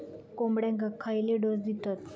कोंबड्यांक खयले डोस दितत?